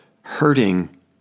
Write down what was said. hurting